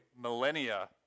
millennia